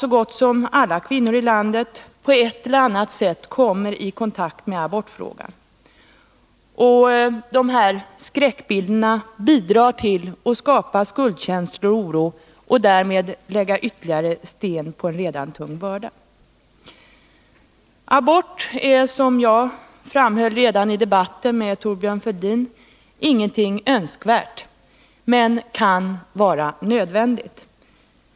Så gott som alla kvinnor i landet kommer på ett eller annat sätt i kontakt med abortfrågan, och dessa skräckbilder bidrar till att skapa skuldkänslor och oro och därmed till att lägga ytterligare sten på redan tung börda. Abort är, som jag framhöll redan i debatten med Thorbjörn Fälldin, ingenting önskvärt men kan vara nödvändigt.